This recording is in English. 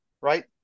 right